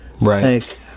right